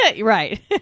Right